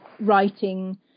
writing